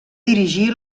dirigí